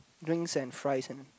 drinks and fries